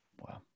Wow